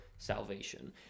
salvation